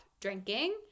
drinking